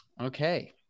okay